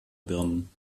birnen